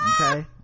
okay